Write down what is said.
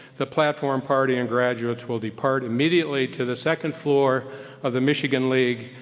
the platform party and graduates will depart immediately to the second floor of the michigan league,